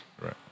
Right